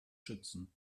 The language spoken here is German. schützen